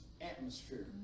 atmosphere